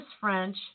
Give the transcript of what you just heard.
French